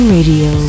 Radio